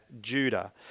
Judah